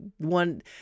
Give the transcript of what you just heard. one